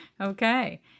Okay